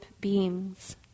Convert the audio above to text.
beings